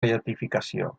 beatificació